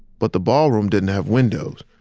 but the ballroom didn't have windows,